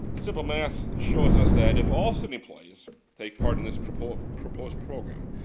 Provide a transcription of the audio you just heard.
simple math shows us that if all city employees take part in this proposed proposed program,